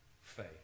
faith